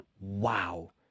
Wow